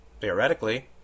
theoretically